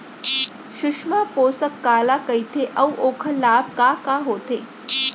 सुषमा पोसक काला कइथे अऊ ओखर लाभ का का होथे?